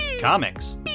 comics